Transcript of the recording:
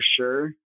sure